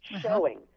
showing